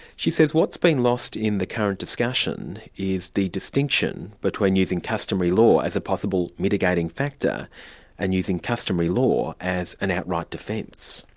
she says what's been lost in the current discussion is the distinction between using customary law as a possible mitigating factor and using customary law as an outright defence.